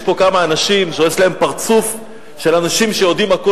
יש פה כמה אנשים שיש להם פרצוף של אנשים שיודעים הכול.